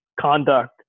conduct